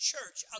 Church